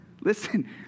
Listen